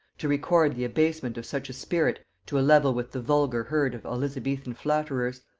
to record the abasement of such a spirit to a level with the vulgar herd of elizabethan flatterers.